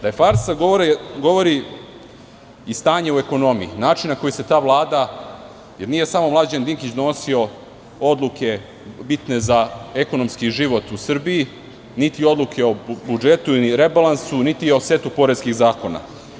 Da je farsa govori i stanje u ekonomiji, način na koji se ta Vlada, jer nije samo Mlađan Dinkić donosio odluke bitne za ekonomski život u Srbiji, niti odluke o budžetu i rebalansu, niti o setu poreskih zakona.